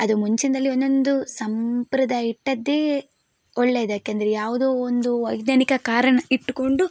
ಅದು ಮುಂಚಿನದಲ್ಲಿ ಒಂದೊಂದು ಸಂಪ್ರದಾಯ ಇಟ್ಟದ್ದೇ ಒಳ್ಳೇದು ಯಾಕೆಂದರೆ ಯಾವುದೋ ಒಂದು ವೈಜ್ಞಾನಿಕ ಕಾರಣ ಇಟ್ಕೊಂಡು